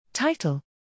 Title